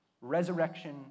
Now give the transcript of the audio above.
Resurrection